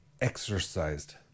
exercised